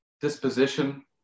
disposition